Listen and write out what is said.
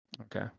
Okay